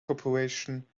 corporation